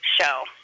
show